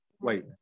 Wait